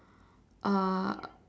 uh